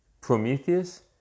Prometheus